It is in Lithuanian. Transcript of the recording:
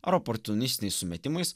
ar oportunistiniais sumetimais